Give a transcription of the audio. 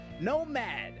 Nomad